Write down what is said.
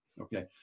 Okay